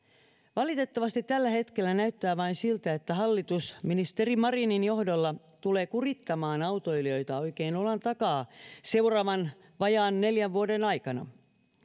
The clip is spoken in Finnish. valitettavasti tällä hetkellä näyttää vain siltä että hallitus ministeri marinin johdolla tulee kurittamaan autoilijoita oikein olan takaa seuraavan vajaan neljän vuoden aikana